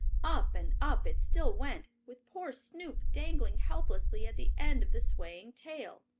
up and up it still went, with poor snoop dangling helplessly at the end of the swaying tail.